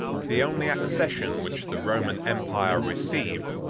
the only accession which the roman empire received,